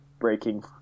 breaking